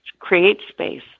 CreateSpace